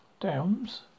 Downs